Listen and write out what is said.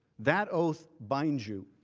that oath binds you.